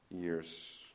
years